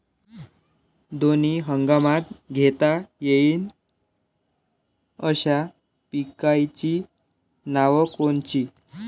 दोनी हंगामात घेता येईन अशा पिकाइची नावं कोनची?